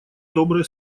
добрые